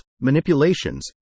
manipulations